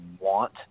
want